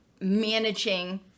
managing